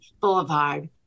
Boulevard